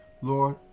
Lord